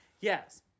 Yes